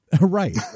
Right